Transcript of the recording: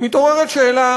מתעוררת שאלה,